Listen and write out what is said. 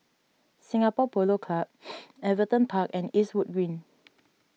Singapore Polo Club Everton Park and Eastwood Green